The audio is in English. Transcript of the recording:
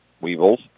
Weevils